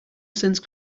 sense